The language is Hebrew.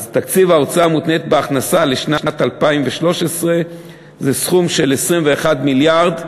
אז: תקציב ההוצאה המותנית בהכנסה לשנת 2013 זה סכום של 21 מיליארד,